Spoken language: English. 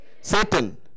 Satan